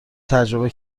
تجربه